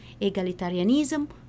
egalitarianism